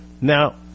Now